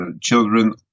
children